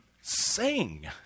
sing